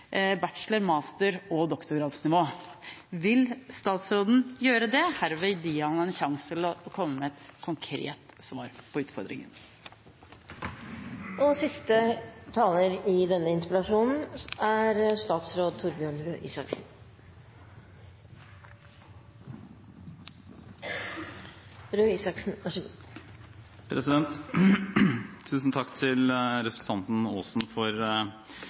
bachelor-, master- og doktorgradsnivå. Vil statsråden gjøre det? Herved gir jeg ham en sjanse til å komme med et konkret svar på utfordringen. Tusen takk til representanten Aasen for